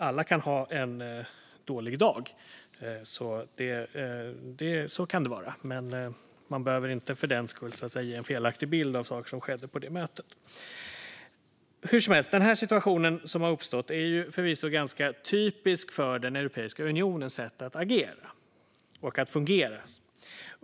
Alla kan ha en dålig dag; så kan det vara. Men man behöver inte för den skull ge en felaktig bild av saker som skedde på mötet. Hur som helst - den situation som har uppstått är förvisso ganska typisk för Europeiska unionens sätt att agera och fungera.